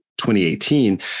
2018